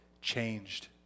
changed